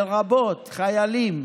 לרבות חיילים,